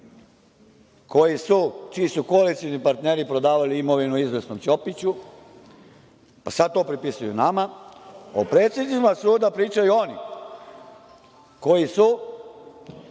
oni čiji su koalicioni partneri prodavali imovinu izvesnom Ćopiću, sad to prepisuju nama. O predsednicima sudova pričaju oni koji su